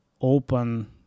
open